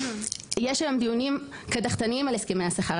יש היום דיונים קדחתניים על הסכמי השכר,